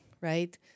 right